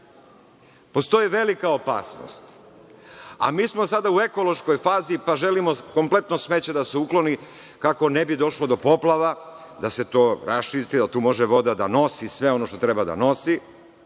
velika opasnost, a mi smo sada u ekološkoj fazi pa želimo kompletno smeće da se ukloni kako ne bi došlo do poplava, da se to raščisti, da tu može voda da nosi sve ono što treba da nosi